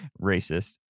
Racist